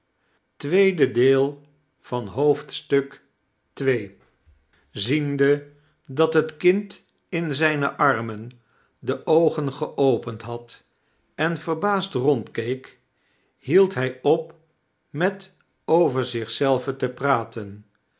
ziende dat het kind in zijne armen de oogen geopend had en verbaasd rondkeek hield hij op met over zich zelven te praten